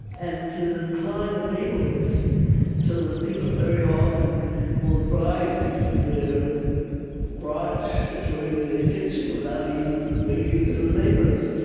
and to the decline of neighborhoods so that ah people very often will drive into their garage adjoining their kitchen without even waving to the neighbors,